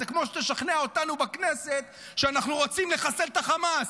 זה כמו שתשכנע אותנו בכנסת שאנחנו רוצים לחסל את חמאס.